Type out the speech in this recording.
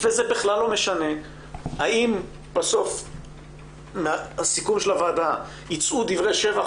וזה בכלל לא משנה האם בסוף בסיכום הוועדה יצאו דברי שבח